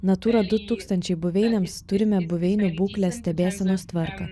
natūra du tūkstančiai buveinėms turime buveinių būklės stebėsenos tvarką